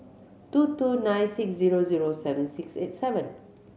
two two nine six zero zero seven six eight seven